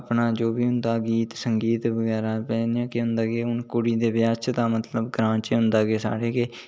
अपना जो बी होंदी गीत संगीत बगैरा ते इं'या केह् होंदा कि कुड़ी दे ब्याह् च केह् होंदा कि गाना ते होंदा गै सारें ते